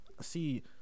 See